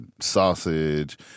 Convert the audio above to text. sausage